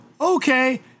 okay